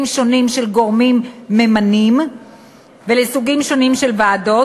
שונים של גורמים ממנים ולסוגים שונים של ועדות,